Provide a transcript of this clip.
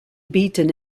beaten